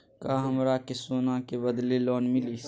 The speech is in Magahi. का हमरा के सोना के बदले लोन मिलि?